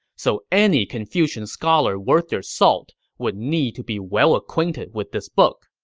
so any confucian scholar worth their salt would need to be well-acquainted with this book.